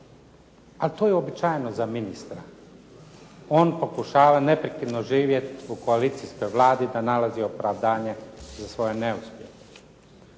A to je uobičajeno za ministra. On pokušava neprekidno živjeti u koalicijskoj Vladi da nalazi opravdanje za svoje neuspjehe.